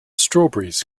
strawberries